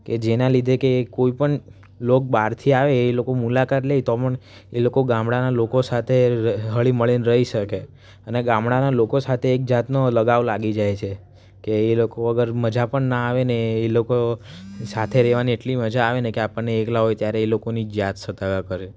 કે જેના લીધે કે કોઈપણ લોક બહારથી આવે એ લોકો મુલાકાત લે તો પણ એ લોકો ગામડાનાં લોકો સાથે હળી મળીને રહી શકે અને ગામડાનાં લોકો સાથે એકજાતનો લગાવ લાગી જાય છે કે એ લોકો વગર મઝા પણ ના આવે ને એ લોકો સાથે રહેવાની એટલી મજા આવે ને કે આપણને એકલા હોઇએ ત્યારે એ લોકોની જ યાદ સતાવ્યા કરે